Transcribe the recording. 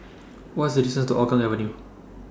What IS The distance to Hougang Avenue